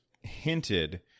hinted